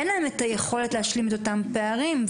לא מסוגלות להשלים את אותם פערים.